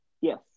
Yes